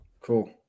Cool